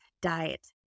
diet